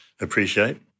appreciate